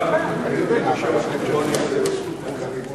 בין כלי תקשורת אלקטרוניים ואחרים.